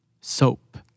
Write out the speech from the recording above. Soap